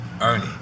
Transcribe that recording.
Ernie